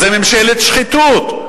"חאווה" זה ממשלת שחיתות.